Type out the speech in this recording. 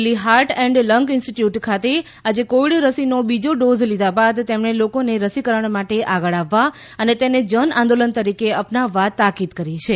Delhi heart and lung institute ખાતે આજે Covid રસીનો બીજો ડોઝ લીધા બાદ તેમણે લોકોને રસીકરણ માટે આગળ આવવા અને તેને જન આંદોલન તરીકે અપનાવવા તાકીદ કરી છે